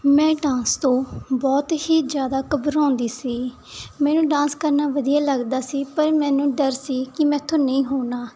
ਮੈਂ ਡਾਂਸ ਤੋਂ ਬਹੁਤ ਹੀ ਜ਼ਿਆਦਾ ਘਬਰਾਉਂਦੀ ਸੀ ਮੈਨੂੰ ਡਾਂਸ ਕਰਨਾ ਵਧੀਆ ਲੱਗਦਾ ਸੀ ਪਰ ਮੈਨੂੰ ਡਰ ਸੀ ਕਿ ਮੇਰੇ ਤੋਂ ਨਹੀਂ ਹੋਣਾ